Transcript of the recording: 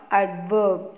adverb